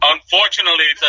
Unfortunately